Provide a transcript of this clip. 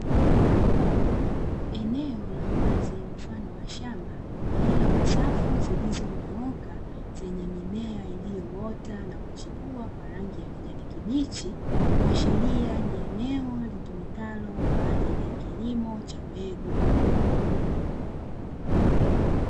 Eneo la wazi mfano wa shamba lililo na safu zililizonyooka, zenye mimea iliyoota na kuchipua kwa rangi ya kijani kibichi, kuashiria ni eneo litumikalo kwa ajili ya kilimo cha mbegu.